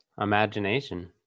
Imagination